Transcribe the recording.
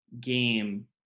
game